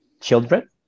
children